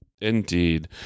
indeed